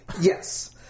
Yes